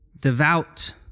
devout